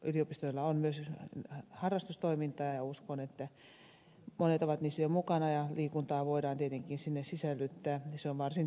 yliopistoilla on myös harrastustoimintaa ja uskon että monet ovat siinä jo mukana ja liikuntaa voidaan tietenkin sinne sisällyttää ja se on varsin terveellistä